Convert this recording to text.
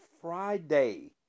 Friday